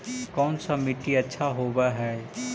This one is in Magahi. कोन सा मिट्टी अच्छा होबहय?